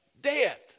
death